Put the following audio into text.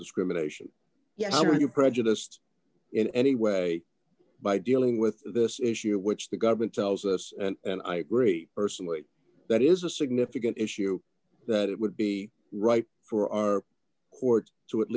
discrimination yes are you prejudiced in any way by dealing with this issue which the government tells us and i agree personally that is a significant issue that it would be right for our courts to at